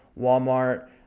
Walmart